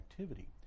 activity